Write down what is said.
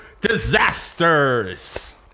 disasters